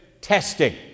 testing